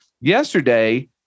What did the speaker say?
Yesterday